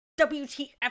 WTF